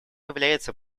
является